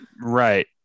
right